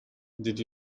did